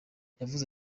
yavuze